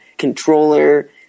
controller